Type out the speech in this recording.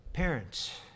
Parents